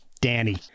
Danny